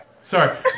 sorry